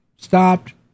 stopped